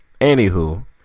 Anywho